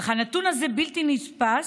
אך הנתון הזה בלתי נתפס,